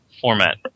Format